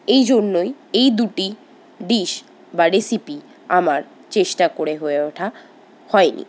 এই জন্যই এই দুটি ডিস বা রেসিপি আমার চেষ্টা করে হয়ে ওঠা হয়নি